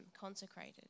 consecrated